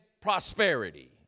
prosperity